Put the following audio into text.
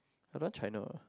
I don't want China